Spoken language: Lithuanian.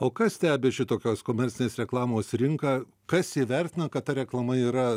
o kas stebi šitokios komercinės reklamos rinką kas įvertina kad ta reklama yra